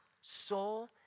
soul